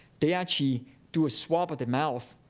they actually do a swab of the mouth.